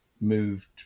moved